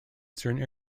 certain